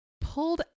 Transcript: pulled